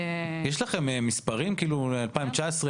להשלים לגבי סעיף 57א',